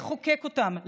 לחוקק אותם,